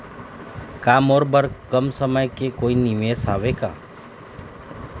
का मोर बर कम समय के कोई निवेश हावे का?